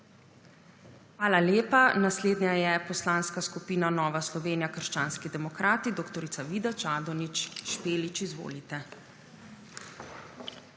Hvala lepa. Naslednja je Poslanska skupina Nova Slovenija - krščanski demokrati. Dr. Vida Čadonič Špelič, izvolite.